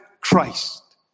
christ